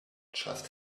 just